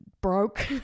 broke